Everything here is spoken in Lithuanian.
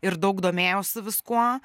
ir daug domėjausi viskuo